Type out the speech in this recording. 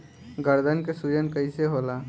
गर्दन के सूजन कईसे होला?